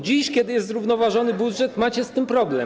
Dziś, kiedy jest zrównoważony budżet, macie z tym problem.